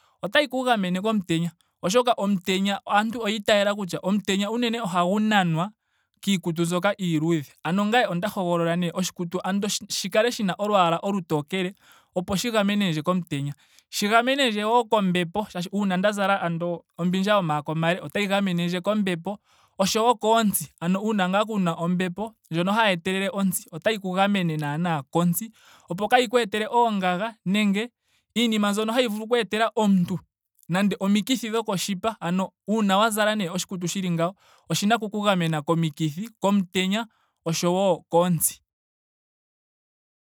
Manga inaadiya mo- ndjokana ondika oku tseya aakuluntu yo- yomumati. ha mpa hazi pomukunda mpa hazi. nomoshitopolwa mua hazi opo shi ka kale oshipu. Nomanga inatuya mondjakana naye ondina okutseya ookume ke ayehe. kutya ookume mba yaakadhona nenge ookume mba yaamati. Nokutala wo omikalo dhookuume ke. Nongele opena sha shimwe sha puka omanga inaatuya mondjokana otuna okushi pukulula opo tuye nawa mondjokana.